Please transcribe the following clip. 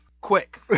quick